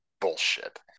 bullshit